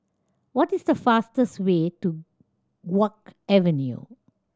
what is the fastest way to Guok Avenue